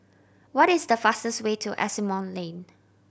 what is the fastest way to Asimont Lane